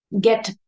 get